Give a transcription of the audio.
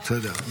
--- בסדר.